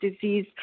disease